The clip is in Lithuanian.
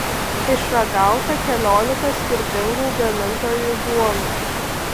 išragauta keliolika skirtingų gamintojų duonų